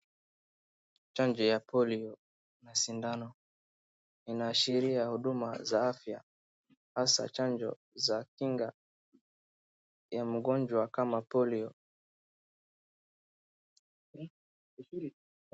Chanjo ya polio na sindano , inaashiria huduma za afya hasa chanjo za kinga ya mgonjwa kama polio.